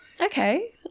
Okay